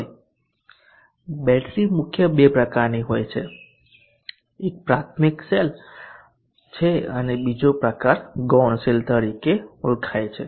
હવે બેટરી મુખ્ય બે પ્રકારની હોય છે એક પ્રાથમિક સેલ છે અને બીજો પ્રકાર ગૌણ સેલ તરીકે ઓળખાય છે